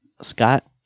Scott